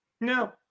No